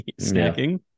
snacking